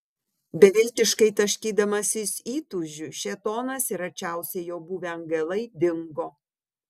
beviltiškai taškydamasis įtūžiu šėtonas ir arčiausiai jo buvę angelai dingo